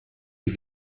die